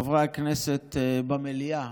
חברי הכנסת במליאה,